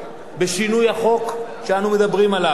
בשינוי החוק שאנו מדברים עליו.